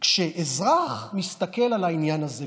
כשאזרח מסתכל על העניין הזה,